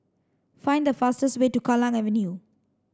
find the fastest way to Kallang Avenue